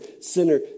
sinner